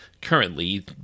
currently